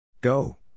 Go